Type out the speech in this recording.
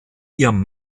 ihrem